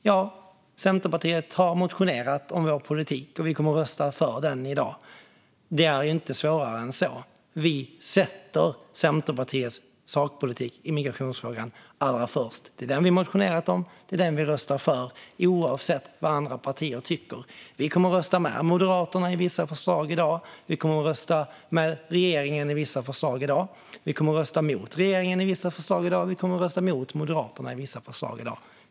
Ja, vi i Centerpartiet har motionerat om vår politik, och vi kommer att rösta för den i dag. Det är inte svårare än så. Vi sätter Centerpartiets sakpolitik i migrationsfrågan allra först. Det är den vi har motionerat om, och det är den vi röstar för oavsett vad andra partier tycker. Vi kommer att rösta med Moderaterna i vissa förslag i dag, och vi kommer att rösta med regeringen i vissa förslag i dag. Vi kommer att rösta mot regeringen i vissa förslag i dag, och vi kommer att rösta mot Moderaterna i vissa förslag i dag.